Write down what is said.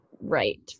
right